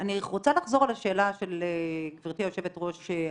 אני רוצה לחזור על השאלה של גברתי יושבת ראש הוועדה,